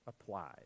applied